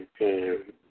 Okay